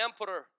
emperor